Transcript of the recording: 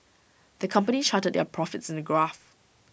the company charted their profits in A graph